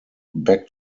back